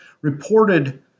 reported